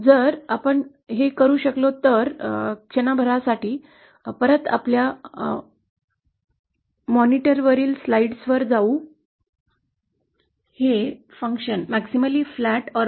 जर आपण हे करू शकलो तर क्षणभर परत मॉनिटरवरील स्लाइड्सवर जाऊ